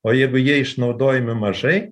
o jeigu jie išnaudojami mažai